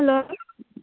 hello